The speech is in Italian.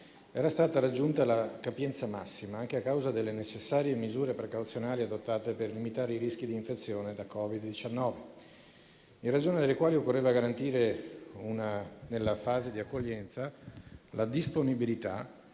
era stata raggiunta la capienza massima, anche a causa delle necessarie misure precauzionali adottate per limitare i rischi di infezione da Covid-19, in ragione delle quali occorreva garantire, nella fase di accoglienza, la disponibilità